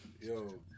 Yo